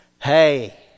Hey